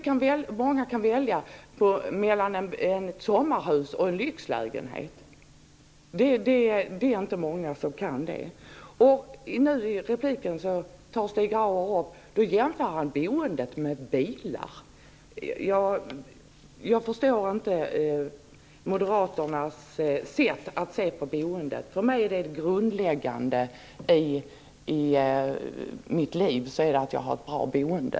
Hur många kan välja mellan ett sommarhus och en lyxlägenhet? Det är inte många. Nu i repliken jämförde Stig Grauers boendet med bilar. Jag förstår inte Moderaternas sätt att se på boendet. För mig är det grundläggande i mitt liv att jag har ett bra boende.